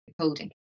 coding